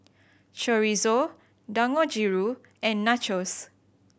Chorizo Dangojiru and Nachos